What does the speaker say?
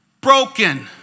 Broken